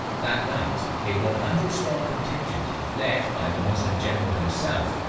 that night, a one hundred strong contingent, led by the muslim general himself,